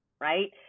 right